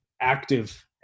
active